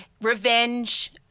Revenge